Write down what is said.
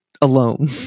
alone